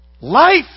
Life